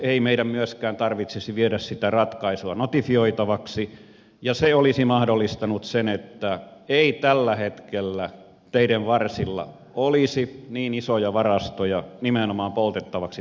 ei meidän myöskään tarvitsisi viedä sitä ratkaisua notifioitavaksi ja se olisi mahdollistanut sen että ei tällä hetkellä teiden varsilla olisi niin isoja varastoja nimenomaan poltettavaksi tarkoitettua puuta